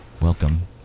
welcome